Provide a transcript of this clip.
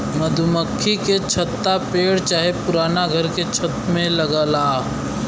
मधुमक्खी के छत्ता पेड़ चाहे पुराना घर के छत में लगला